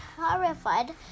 horrified